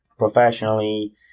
Professionally